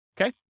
okay